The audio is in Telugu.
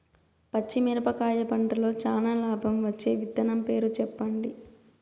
పచ్చిమిరపకాయ పంటలో చానా లాభం వచ్చే విత్తనం పేరు చెప్పండి?